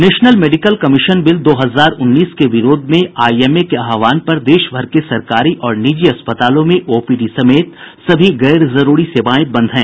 national medical commission bill दो हजार उन्नीस के विरोध में इंडियन मेडिकल एसोसिएशन के आह्वान पर देशभर के सरकारी और निजी अस्पतालों में ओपीडी समेत सभी गैर जरूरी सेवाएं बंद हैं